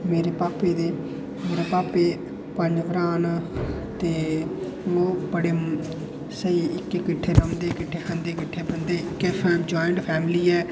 मेरे भापे दे मेरे भापै पंज भ्राऽ न ओह् बड़े स्हेई किट्ठे रौंह्दे किट्ठे खंदे पींदे इक्कै ज्वाइंट फैमिली ऐ